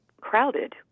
crowded